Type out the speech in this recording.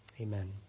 Amen